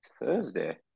Thursday